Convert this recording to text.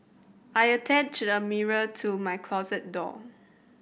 I attached a mirror to my closet door